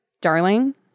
darling